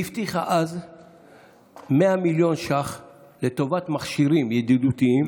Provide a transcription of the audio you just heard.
והיא הבטיחה אז 100 מיליון שקל לטובת מכשירים ידידותיים,